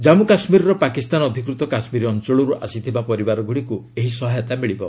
ଜମ୍ମୀ କାଶ୍ମୀରର ପାକିସ୍ତାନ ଅଧିକୃତ କାଶ୍ମୀର ଅଞ୍ଚଳରୁ ଆସିଥିବା ପରିବାରଗୁଡ଼ିକୁ ଏହି ସହାୟତା ମିଳିବ